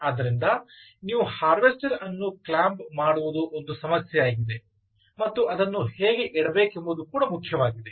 ಆದ್ದರಿಂದ ನೀವು ಹಾರ್ವೆಸ್ಟರ್ ಅನ್ನು ಕ್ಲ್ಯಾಂಪ್ ಮಾಡುವುದು ಒಂದು ಸಮಸ್ಯೆಯಾಗಿದೆ ಮತ್ತು ಅದನ್ನು ಹೇಗೆ ಇಡಬೇಕೆಂಬುದು ಕೂಡ ಮುಖ್ಯವಾಗಿದೆ